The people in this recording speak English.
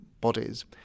bodies